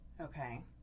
Okay